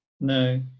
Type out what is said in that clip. No